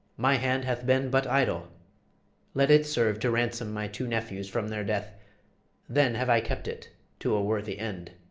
my hand hath been but idle let it serve to ransom my two nephews from their death then have i kept it to a worthy end.